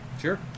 Sure